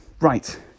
Right